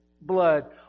blood